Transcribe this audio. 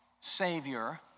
Savior